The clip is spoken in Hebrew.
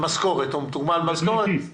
דמי כיס.